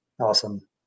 Awesome